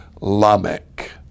Lamech